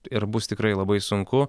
ir bus tikrai labai sunku